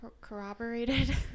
corroborated